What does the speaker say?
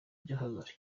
by’akagari